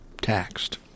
taxed